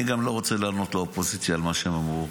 אני גם לא רוצה לענות לאופוזיציה על מה שהם אמרו.